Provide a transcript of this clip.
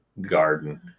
garden